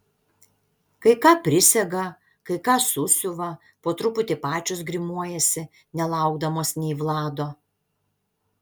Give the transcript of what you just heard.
kai ką prisega kai ką susiuva po truputį pačios grimuojasi nelaukdamos nei vlado